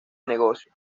negocio